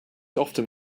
often